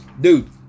Dude